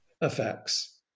effects